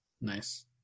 nice